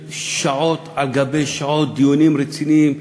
ושעות על גבי שעות של דיונים רציניים.